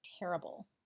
terrible